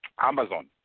Amazon